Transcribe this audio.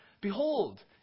Behold